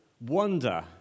wonder